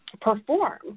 perform